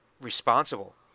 responsible